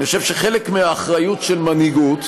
אני חושב שחלק מהאחריות של מנהיגות,